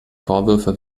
vorwürfe